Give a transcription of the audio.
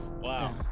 wow